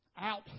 Out